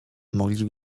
mogli